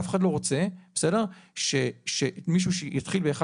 אף אחד לא רוצה שמישהו שיתחיל ב-1